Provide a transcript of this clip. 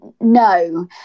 no